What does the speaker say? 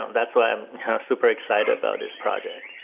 that's why i'm super excited about this project.